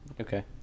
okay